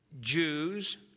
Jews